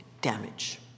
damage